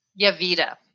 Yavita